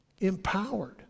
empowered